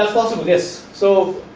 ah possible yes. so,